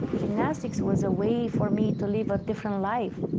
gymnastics was a way for me to live a different life.